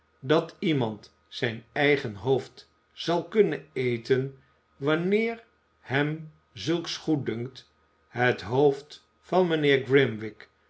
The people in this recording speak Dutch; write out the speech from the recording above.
dat iemand zijn eigen hoofd zal kunnen eten wanneer hem zulks goeddunkt het hoofd van mijnheer grimwig